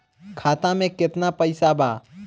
खाता में केतना पइसा बा?